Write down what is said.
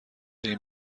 این